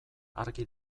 argi